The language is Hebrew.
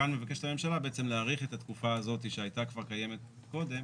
כאן מבקשת הממשלה בעצם להאריך את התקופה הזאת שהייתה כבר קיימת קודם,